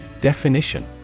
Definition